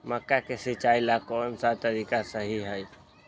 मक्का के सिचाई ला कौन सा तरीका सही है?